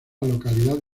localidad